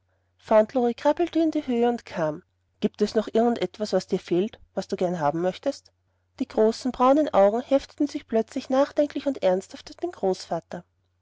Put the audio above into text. fauntleroy krabbelte in die höhe und kam gibt es noch irgend etwas was dir fehlt was du gern haben möchtest die großen braunen augen hefteten sich plötzlich nachdenklich und ernsthaft auf den großvater